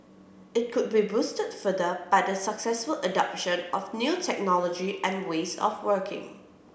it could be boosted further by the successful adoption of new technology and ways of working